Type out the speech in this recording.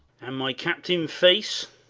and my captain face?